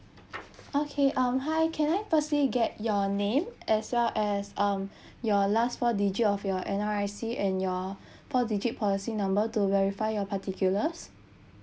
okay um hi can I firstly get your name as well as um your last four digit of your N_R_I_C and your four digit policy number to verify your particulars